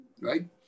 right